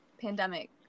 pandemic